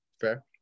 Fair